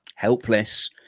helpless